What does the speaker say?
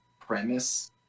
premise